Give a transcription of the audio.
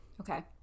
Okay